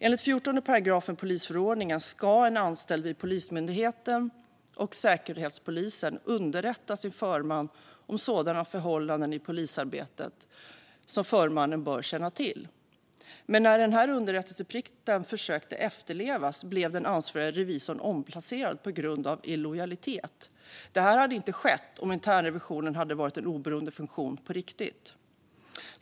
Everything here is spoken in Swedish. Enligt 14 § polisförordningen ska en anställd vid Polismyndigheten och Säkerhetspolisen underrätta sin förman om sådana förhållanden i polisarbetet som förmannen bör känna till. Men när man försökte efterleva den här underrättelseplikten blev den ansvarige revisorn omplacerad på grund av "illojalitet". Det hade inte skett om internrevisionen varit en oberoende funktion på riktigt.